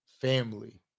family